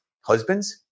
husband's